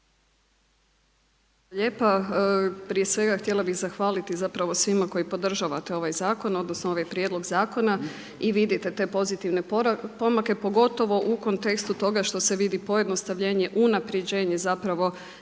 lijepa. Prije svega htjela bih zahvaliti zapravo svima koji podržavate ova zakon, odnosno ovaj prijedlog zakona i vidite te pozitivne pomake, pogotovo u kontekstu toga što se vidi pojednostavljenje, unapređenje zapravo